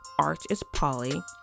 archispolly